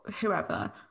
whoever